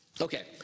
Okay